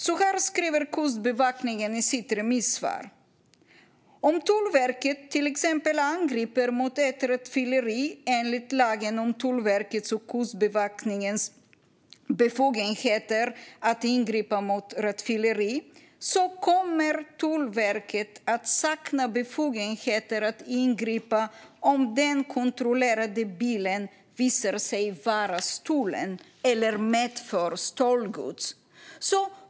Så här skriver Kustbevakningen i sitt remissvar: "Om Tullverket t.ex. ingriper mot ett rattfylleri enligt TKBR" - lagen om Tullverkets och Kustbevakningens befogenheter att ingripa mot rattfylleribrott - "så kommer Tullverket att sakna befogenheter att ingripa om den kontrollerade bilen . visar sig vara stulen eller medför . stöldgods."